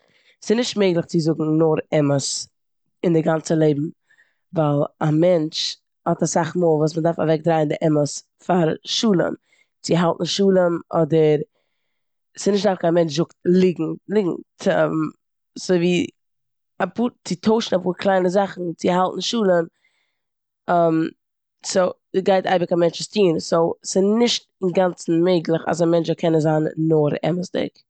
ס'איז נישט מעגליך צו זאגן נאר אמת אין די גאנצע לעבן ווייל א מענטש האט אסאך מאל וואס מ'דארף אוועקדרייען די אמת פאר שלום. צו האלטן שלום אדער ס'נישט דווקא א מענטש זאגט ליגנט צו טוישן אפאר קליינע זאכן צו האלטן שלום סאו גייט אייביג א מענטש עס טון סאו ס'נישט אינגאנצן מעגליך אז א מענטש זאל קענען זיין נאר אמת'דיג.